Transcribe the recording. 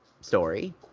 story